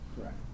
Correct